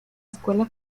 escuela